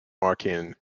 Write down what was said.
marking